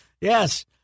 Yes